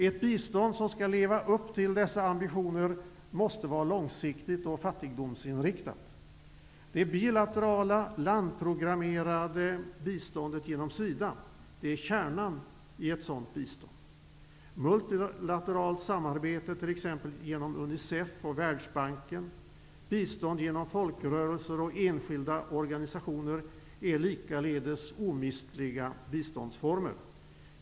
Ett bistånd som skall leva upp till dessa ambitioner måste vara långsiktigt och fattigdomsinriktat. Det bilaterala landprogrammerade biståndet genom SIDA är kärnan i ett sådant bistånd. Multilateralt samarbete genom t.ex. UNICEF och Världsbanken, bistånd genom folkrörelser och enskilda organisationer, är likaledes omistliga biståndsformer.